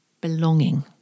belonging